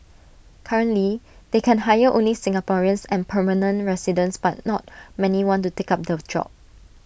currently they can hire only Singaporeans and permanent residents but not many want to take up the job